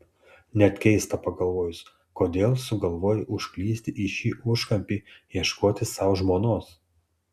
net keista pagalvojus kodėl sugalvojai užklysti į šį užkampį ieškoti sau žmonos